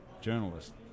journalist